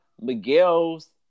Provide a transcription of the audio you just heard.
Miguel's